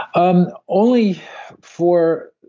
um only for.